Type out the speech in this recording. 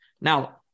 Now